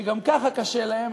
שגם ככה קשה להם,